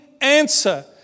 answer